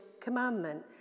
commandment